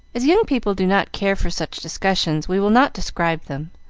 as young people do not care for such discussions, we will not describe them,